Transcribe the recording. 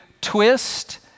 twist